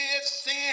sin